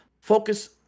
focus